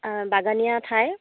বাগানীয়া ঠাই